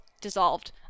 dissolved